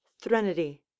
THRENODY